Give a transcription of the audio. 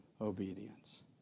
obedience